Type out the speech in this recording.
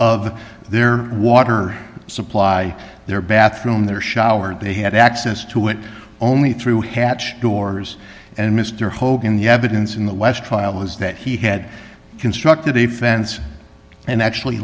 of their water supply their bathroom their shower they had access to it only through hatch doors and mr hogan the evidence in the west trial was that he had constructed a fence and actually